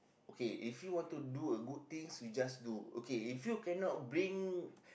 okay if you want to do a good things you just do okay if you cannot bring